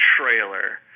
trailer